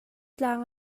tlang